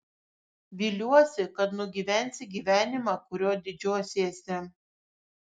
viliuosi kad nugyvensi gyvenimą kuriuo didžiuosiesi